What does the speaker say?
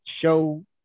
show